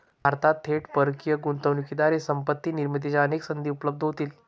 भारतात थेट परकीय गुंतवणुकीद्वारे संपत्ती निर्मितीच्या अनेक संधी उपलब्ध होतील